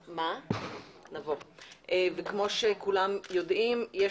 כמו שכולם יודעים,